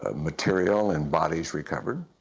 ah material and bodies recovered.